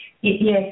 Yes